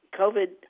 COVID